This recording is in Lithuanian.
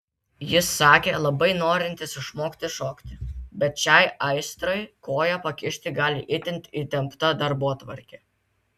jis sakė labai norintis išmokti šokti bet šiai aistrai koją pakišti gali itin įtempta darbotvarkė